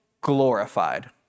glorified